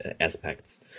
aspects